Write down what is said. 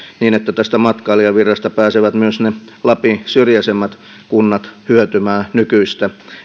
niin että tästä matkailijavirrasta pääsevät myös ne lapin syrjäisimmät kunnat hyötymään nykyistä